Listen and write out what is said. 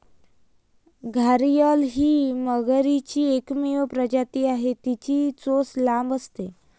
घारीअल ही मगरीची एकमेव प्रजाती आहे, तिची चोच लांब असते